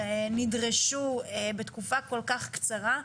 שנדרשו בתקופה כל כך קצרה,